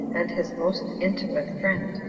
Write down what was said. and his most intimate friend,